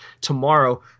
tomorrow